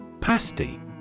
Pasty